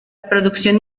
producción